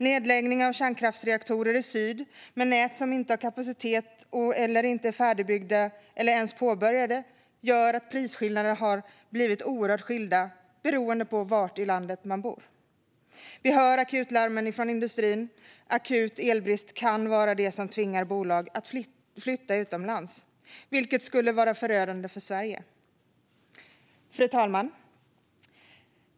Nedläggning av kärnkraftsreaktorer i syd och nät som inte har kapacitet eller inte är färdigbyggda eller ens påbörjade gör att prisskillnaderna har blivit oerhört skilda beroende på var i landet man bor. Vi hör akutlarmen från industrin om att akut elbrist kan vara det som tvingar bolag att flytta utomlands, vilket skulle vara förödande för Sverige. Fru talman!